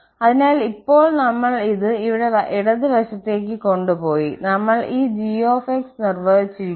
അതിനാൽ ഇപ്പോൾ നമ്മൾ ഇത് ഇവിടെ ഇടതുവശത്തേക്ക് കൊണ്ടുപോയി നമ്മൾ ഈ g നിർവ്വചിച്ചിരിക്കുന്നു